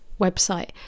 website